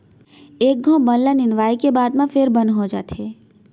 एक घौं बन ल निंदवाए के बाद म फेर बन हो जाथे